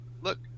look